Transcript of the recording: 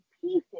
pieces